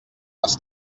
les